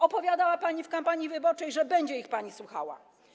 Opowiadała pani w kampanii wyborczej, że będzie ich pani słuchała.